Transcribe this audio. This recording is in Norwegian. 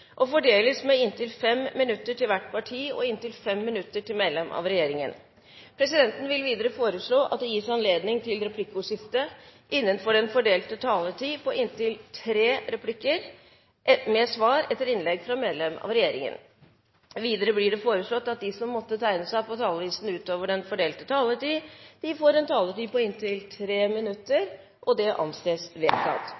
og fordeles med inntil 5 minutter til hvert parti og inntil 5 minutter til medlem av regjeringen. Presidenten vil videre foreslå at det gis anledning til replikkordskifte på inntil tre replikker med svar etter innlegg fra medlem av regjeringen innenfor den fordelte taletid. Videre blir det foreslått at de som måtte tegne seg på talerlisten utover den fordelte taletid, får en taletid på inntil